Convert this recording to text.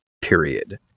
period